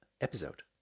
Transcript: episode